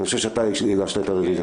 אני חושב שאתה הגשת את הרביזיה.